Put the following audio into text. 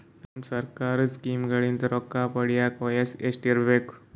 ನಮ್ಮ ಸರ್ಕಾರದ ಸ್ಕೀಮ್ಗಳಿಂದ ರೊಕ್ಕ ಪಡಿಯಕ ವಯಸ್ಸು ಎಷ್ಟಿರಬೇಕು?